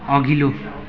अघिल्लो